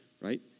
right